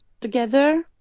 together